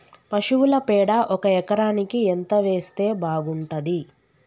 పశువుల పేడ ఒక ఎకరానికి ఎంత వేస్తే బాగుంటది?